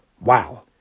wow